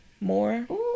more